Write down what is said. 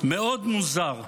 מוזר מאוד.